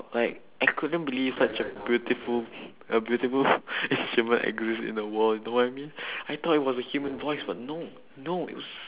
like I couldn't believe such a beautiful beautiful instrument exist in the world you know what I mean I thought it was a human voice but no no it was